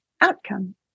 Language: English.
outcome